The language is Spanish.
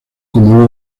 como